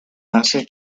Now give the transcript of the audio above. hace